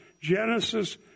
Genesis